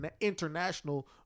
international